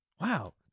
Wow